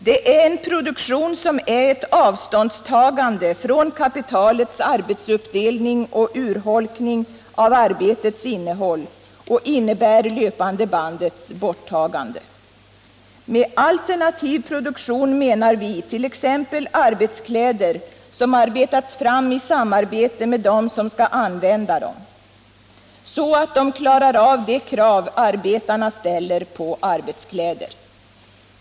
Det är en produktion som är ett avståndstagande från kapitalets arbetsuppdelning och urholkning av arbetets innehåll och innebär löpande bandets borttagande. Med alternativ produktion menar vi t.ex. arbetskläder som arbetats fram i samarbete med dem som skall använda dem, så att de klarar av de krav arbetarna ställer på arbetskläder.